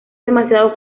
demasiado